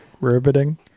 Riveting